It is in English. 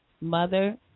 mother